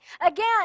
Again